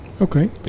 Okay